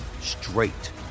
straight